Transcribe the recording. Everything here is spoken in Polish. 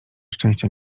szczęścia